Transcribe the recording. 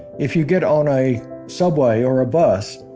if you get on a subway or a bus,